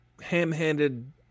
ham-handed